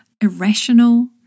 irrational